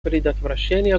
предотвращения